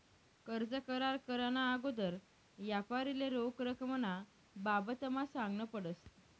कर्ज करार कराना आगोदर यापारीले रोख रकमना बाबतमा सांगनं पडस